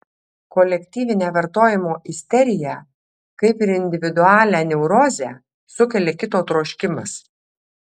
kolektyvinę vartojimo isteriją kaip ir individualią neurozę sukelia kito troškimas